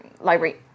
Library